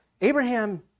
Abraham